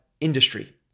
industry